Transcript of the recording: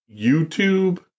YouTube